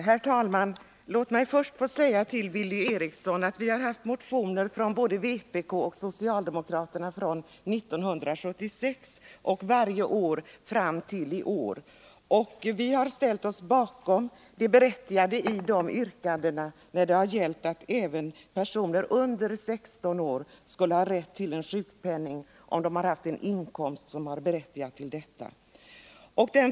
Herr talman! Låt mig först säga till Billy Eriksson att utskottet har haft motioner från både vpk och socialdemokraterna varje år sedan 1976 om att även personer under 16 år skall ha rätt till sjukpenning om de haft en inkomst som berättigar till det. Vi har ställt oss bakom de yrkandena och sagt att de är berättigade.